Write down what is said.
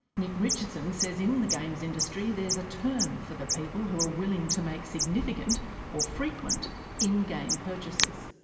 nich richardson says in the games industry there is a term for the people who are willing to make significant or frequent in-game purchases.